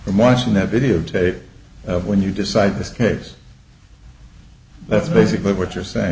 and watching that videotape when you decide this case that's basically what you're saying